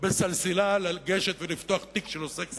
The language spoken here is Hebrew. בסלסילה לגשת ולפתוח תיק של עוסק זעיר,